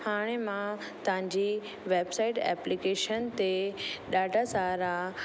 हाणे मां तव्हांजी वैबसाइट एप्लीकेशन ते ॾाढा सारा